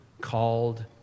called